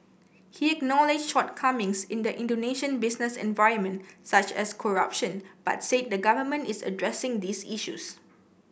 he acknowledged shortcomings in the Indonesian business environment such as corruption but said the government is addressing these issues